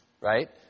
right